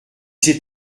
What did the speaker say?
c’est